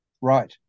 Right